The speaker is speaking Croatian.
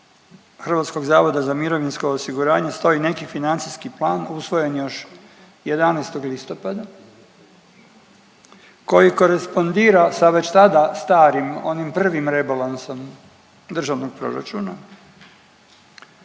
na službenim web stranicama HZMO-a stoji neki financijski plan usvojen još 11. listopada koji korespondira sa već tada starim, onim prvim rebalansom državnog proračuna